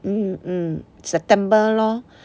mm mm september lor